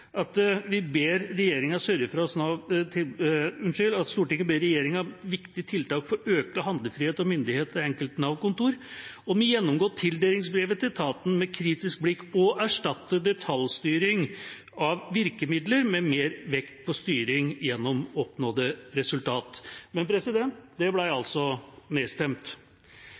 ber regjeringen, som et viktig tiltak for økt handlefrihet og myndighet til det enkelte Nav-kontor, å gjennomgå tildelingsbrevet til etaten med et kritisk blikk og erstatte detaljstyring av virkemidler, med mer vekt på styring gjennom oppnådde resultater.» Men det forslaget ble altså nedstemt.